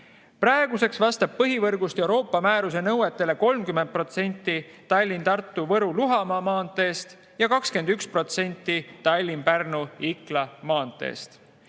Praeguseks vastab põhivõrgust Euroopa määruse nõuetele 30% Tallinna–Tartu–Võru–Luhamaa maanteest ja 21% Tallinna–Pärnu–Ikla maanteest.